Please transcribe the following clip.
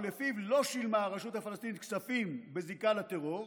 ולפיו לא שילמה הרשות הפלסטינית כספים בזיקה לטרור,